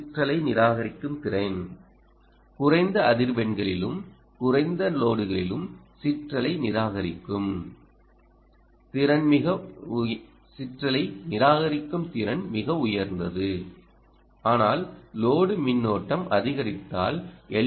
சிற்றலை நிராகரிக்கும் திறன் குறைந்த அதிர்வெண்களிலும் குறைந்த லோடுகளிலும் சிற்றலை நிராகரிக்கும் திறன் மிக உயர்ந்தது ஆனால் லோடு மின்னோட்டம் அதிகரித்தால் எல்